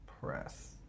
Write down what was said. press